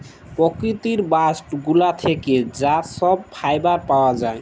পকিতির বাস্ট গুলা থ্যাকে যা ছব ফাইবার পাউয়া যায়